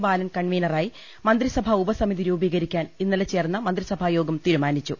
ബാലൻ കൺവീനറായി മന്ത്രിസഭാ ഉപ സമിതി രൂപീകരിക്കാൻ ഇന്നലെ ചേർന്ന മന്ത്രിസഭാ യോഗം തീരു മാനിച്ചു